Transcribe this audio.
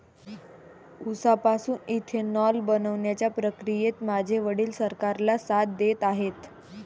उसापासून इथेनॉल बनवण्याच्या प्रक्रियेत माझे वडील सरकारला साथ देत आहेत